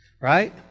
right